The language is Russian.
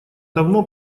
давно